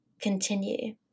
continue